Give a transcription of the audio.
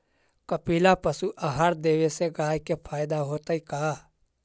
कपिला पशु आहार देवे से गाय के फायदा होतै का?